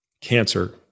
cancer